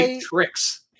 tricks